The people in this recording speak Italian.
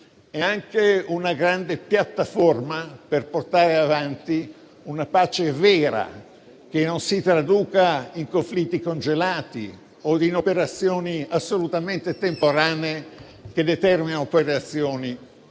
è anche una grande piattaforma per portare avanti una pace vera che non si traduca in conflitti congelati o in operazioni assolutamente temporanee che determinano poi reazioni